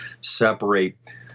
separate